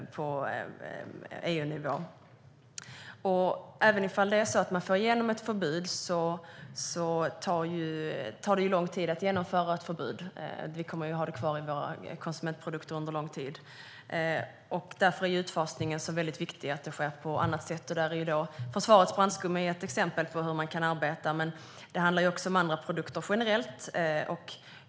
Även om det är så att man får igenom ett förbud tar det ju lång tid att genomföra det. Vi kommer att ha kvar detta i våra konsumentprodukter under lång tid, och därför är det väldigt viktigt att utfasningen sker på annat sätt. Där är försvarets brandskum i dag ett exempel på hur man kan arbeta, men det handlar även om andra produkter generellt.